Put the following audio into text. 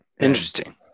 Interesting